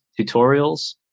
tutorials